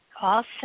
awesome